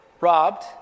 robbed